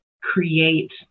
create